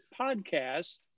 podcast